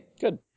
Good